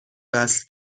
وصل